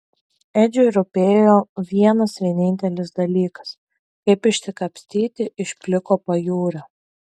edžiui rūpėjo vienas vienintelis dalykas kaip išsikapstyti iš pliko pajūrio